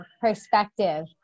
perspective